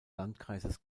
landkreises